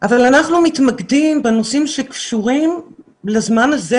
אבל אנחנו מתמקדים בנושאים שקשורים לזמן הזה,